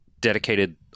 dedicated